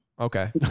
Okay